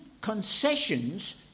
concessions